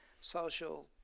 social